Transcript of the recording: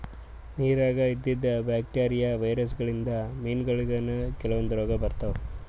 ನಿರಾಗ್ ಇದ್ದಿದ್ bacteria, virus ಗೋಳಿನ್ದ್ ಮೀನಾಗೋಳಿಗನೂ ಕೆಲವಂದ್ ರೋಗ್ ಬರ್ತಾವ್